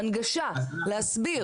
הנגשה, להסביר.